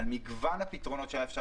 וכשאני מסתכל על מגוון הפתרונות שהיה אפשר